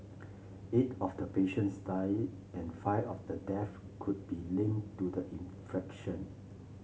eight of the patients died and five of the deaths could be linked to the infection